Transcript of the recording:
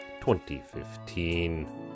2015